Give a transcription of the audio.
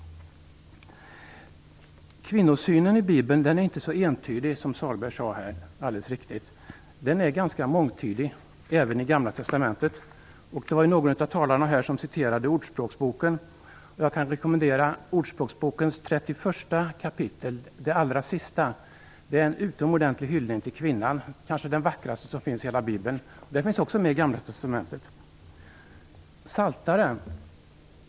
Kvinnosynen i Bibeln är inte så entydig, som Sahlberg alldeles riktigt sade, utan den är ganska mångtydig även i gamla testamentet. Några av talarna här citerade Ordspråksboken, och jag kan rekommendera Ordspråksbokens allra sista kapitel, kapitel 31. Det innehåller en utomordentlig hyllning till kvinnan, kanske den vackraste som finns i hela bibeln. Den finns också med i Gamla testamentet.